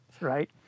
right